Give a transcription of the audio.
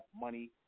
money